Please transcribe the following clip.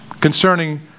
concerning